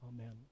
Amen